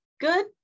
good